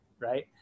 right